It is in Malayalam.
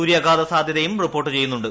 സൂര്യാഘാത സാധ്യതയും റിപ്പോർട്ടു ചെയ്യുന്നുണ്ട്